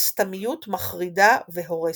הסתמיות מחרידה והורסת,